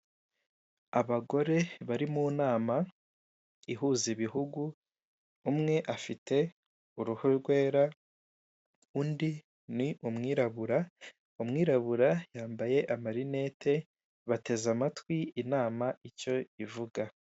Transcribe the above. Abagore bari mu nama ihuza ibihugu, umwe afite uruhu rwera undi ni umwirabura. Umwirabura yambaye amarinete bateze amatwi inama icyo ivuga.